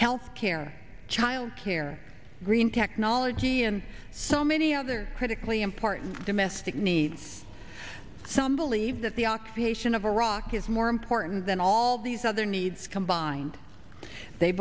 health care child care green technology and so many other critically important domestic needs some believe that the oxidation of iraq is more important than all these other needs combined they